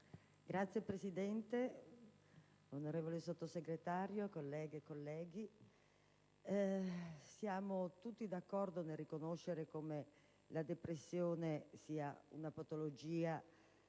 Signor Presidente, onorevole Sottosegretario, colleghe e colleghi, siamo tutti d'accordo nel riconoscere come la depressione sia una patologia